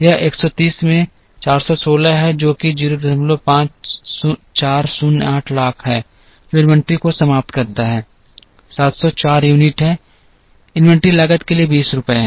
यह 130 में 416 है जो कि 05408 लाख है जो इन्वेंट्री को समाप्त करता है 704 यूनिट है इन्वेंट्री लागत के लिए 20 रुपये है